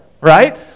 right